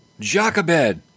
Jacobed